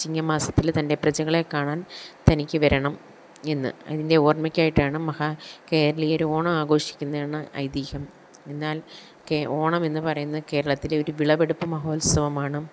ചിങ്ങ മാസത്തില് തൻ്റെ പ്രജകളെ കാണാൻ തനിക്ക് വരണം എന്ന് അതിൻ്റെ ഓർമ്മയ്ക്കായിട്ടാണ് മഹാ കേരളീയര് ഓണം ആഘോഷിക്കുന്നേന്ന് ഐതിഹ്യം എന്നാൽ കേ ഓണം എന്ന് പറയുന്നത് കേരളത്തിലെ ഒരു വിളവെടുപ്പ് മഹോത്സവമാണും